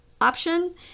option